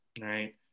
Right